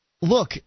look